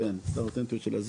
כן האותנטיות.